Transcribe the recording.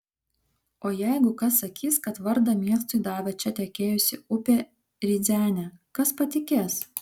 o jeigu kas sakys kad vardą miestui davė čia tekėjusi upė rydzene kas patikės